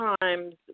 times